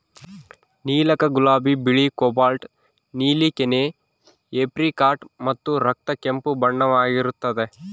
ನೀಲಕ ಗುಲಾಬಿ ಬಿಳಿ ಕೋಬಾಲ್ಟ್ ನೀಲಿ ಕೆನೆ ಏಪ್ರಿಕಾಟ್ ಮತ್ತು ರಕ್ತ ಕೆಂಪು ಬಣ್ಣವಾಗಿರುತ್ತದೆ